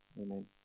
Amen